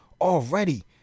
Already